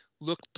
look